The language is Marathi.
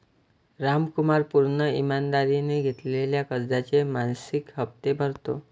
रामकुमार पूर्ण ईमानदारीने घेतलेल्या कर्जाचे मासिक हप्ते भरतो